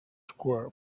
square